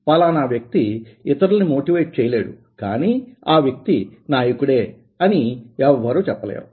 ఫలానా వ్యక్తి ఇతరుల్ని మోటివేట్ చేయలేడు కానీ ఆ వ్యక్తి నాయకుడే అని ఎవరూ చెప్పలేరు